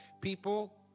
people